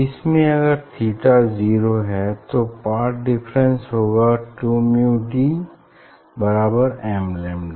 इसमें अगर theta zero है तो पाथ डिफरेंस होगा टू म्यू डी बराबर एम लैम्डा